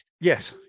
Yes